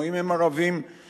או אם הם ערבים נוצרים,